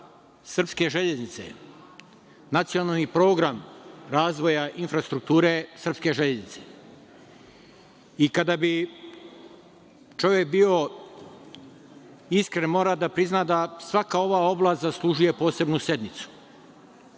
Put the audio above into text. srpske železnice, nacionalni program razvoja infrastrukture srpske železnice. Kada bi čovek bio iskren, mora da prizna da svaka ova oblast zaslužuje posebnu sednicu. Što